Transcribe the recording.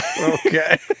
Okay